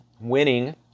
winning